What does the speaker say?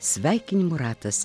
sveikinimų ratas